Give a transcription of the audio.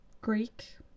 Greek